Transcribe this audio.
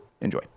Enjoy